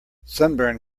sunburn